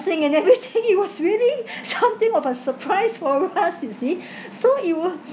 and everything it was really something of a surprise for us you see so it was